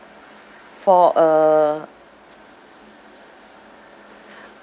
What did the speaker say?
for a